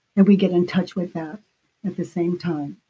and we get in touch with that at the same time